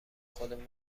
خودمون